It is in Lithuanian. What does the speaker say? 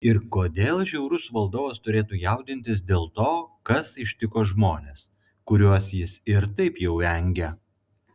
ir kodėl žiaurus valdovas turėtų jaudintis dėl to kas ištiko žmones kuriuos jis ir taip jau engia